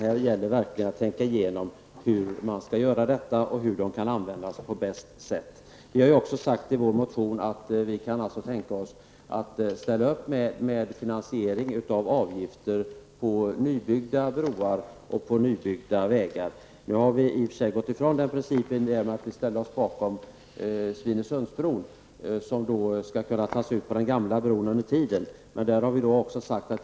Det gäller verkligen att tänka igenom hur det skall gå till och hur pengarna kan användas på bästa sätt. I vår motion säger vi också att vi kan tänka oss att ställa upp med finansiering i form av avgifter på nybyggda broar och vägar. Nu har vi i och för sig gått ifrån den principen genom att vi ställer oss bakom Svinesundsbron, dvs. att avgifter skall under tiden tas ut på den gamla bron.